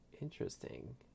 Interesting